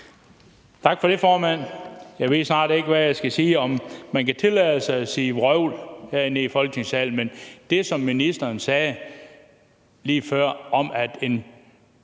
Tak for det, formand. Jeg ved snart ikke, hvad jeg skal sige – om man kan tillade sig at sige »vrøvl« herinde i Folketingssalen. Men ministeren sagde lige før, at en